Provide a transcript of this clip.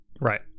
Right